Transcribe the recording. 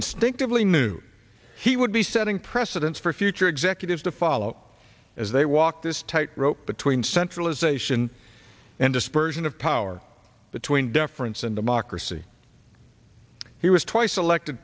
instinctively knew he would be setting precedents for future executives to follow as they walk this tightrope between centralization and dispersion of power between deference and democracy he was twice elected